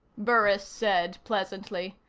burris said pleasantly.